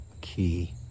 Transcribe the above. key